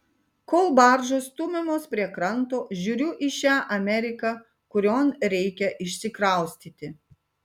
kol baržos stumiamos prie kranto žiūriu į šią ameriką kurion reikia išsikraustyti